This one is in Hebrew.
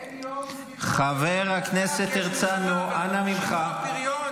אין יום סביבה ואין להט"ב, כי יש מלחמה.